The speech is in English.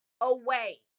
away